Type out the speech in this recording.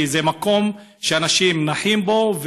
כי זה מקום שאנשים נחים בו,